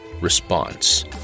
Response